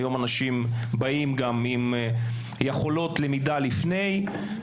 אנשים באים גם עם יכולות למידה לפני.